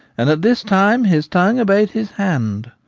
and at this time his tongue obey'd his hand.